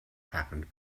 happened